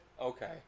Okay